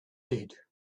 did